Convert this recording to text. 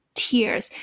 tears